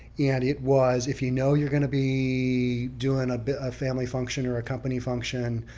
and it was, if you know you're going to be doing a family function or a company function.